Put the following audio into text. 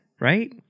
right